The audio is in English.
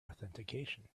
authentication